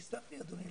תסלח לי אדוני,